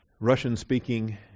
russian-speaking